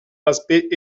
aspect